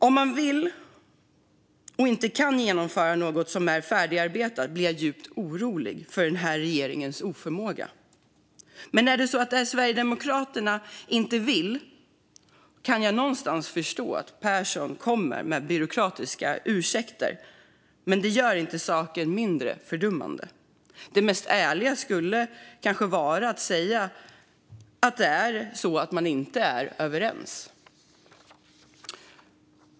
Om regeringen vill men inte kan genomföra något som är färdigarbetat blir jag djupt orolig över regeringens oförmåga, men om det är så att det är Sverigedemokraterna som inte vill kan jag förstå att Pehrson kommer med byråkratiska ursäkter. Men det gör inte saken mindre fördummande. Det mest ärliga skulle kanske vara att säga att man inte är överens.